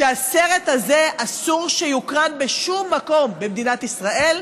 שהסרט הזה, אסור שיוקרן בשום מקום במדינת ישראל,